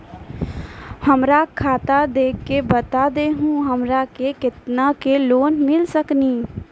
हमरा खाता देख के बता देहु हमरा के केतना के लोन मिल सकनी?